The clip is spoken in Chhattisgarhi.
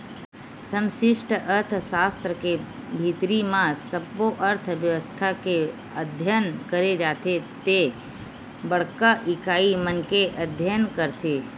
समस्टि अर्थसास्त्र के भीतरी म सब्बो अर्थबेवस्था के अध्ययन करे जाथे ते बड़का इकाई मन के अध्ययन करथे